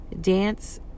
Dance